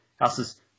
Houses